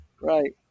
Right